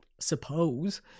suppose